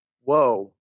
whoa